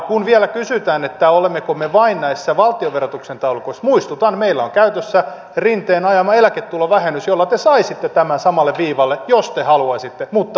kun vielä kysytään että olemmeko me vain näissä valtionverotuksen taulukoissa niin muistutan että meillä on käytössä rinteen ajama eläketulovähennys jolla te saisitte tämän samalle viivalle jos te haluaisitte mutta te ette halua